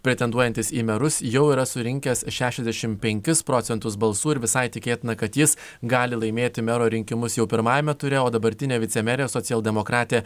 pretenduojantis į merus jau yra surinkęs šešiasdešimt penkis procentus balsų ir visai tikėtina kad jis gali laimėti mero rinkimus jau pirmajame ture o dabartinė vicemerė socialdemokratė